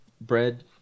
bread